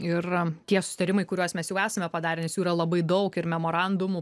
ir tie susitarimai kuriuos mes jau esame padarę nes jų yra labai daug ir memorandumų